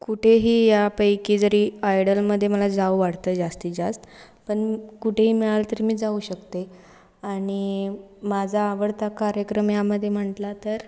कुठेही यापैकी जरी आयडलमध्ये मला जाऊ वाटतं जास्तीत जास्त पण कुठेही मिळालं तरी मी जाऊ शकते आणि माझा आवडता कार्यक्रम यामध्ये म्हटला तर